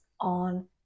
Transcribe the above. on